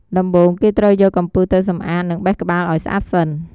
ដំបូង គេត្រូវយកកំពឹសទៅសម្អាត និងបេះក្បាលឱ្យស្អាតសិន។